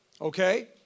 Okay